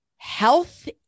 health